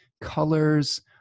colors